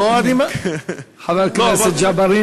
חבר הכנסת ג'בארין,